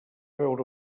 veure